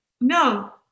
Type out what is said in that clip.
No